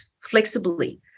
flexibly